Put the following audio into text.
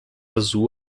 azul